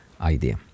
idea